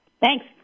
Thanks